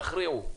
תכריעו.